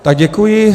Tak děkuji.